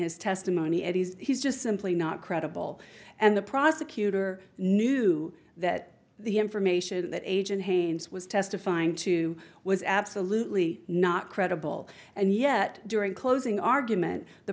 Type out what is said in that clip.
his testimony and he's he's just simply not credible and the prosecutor knew that the information that agent haynes was testifying to was absolutely not credible and yet during closing argument the